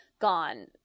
gone